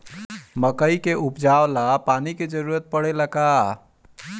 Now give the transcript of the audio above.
मकई के उपजाव ला पानी के जरूरत परेला का?